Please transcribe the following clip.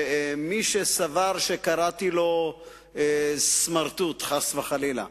ומי שסבר שקראתי לו סמרטוט, חס וחלילה,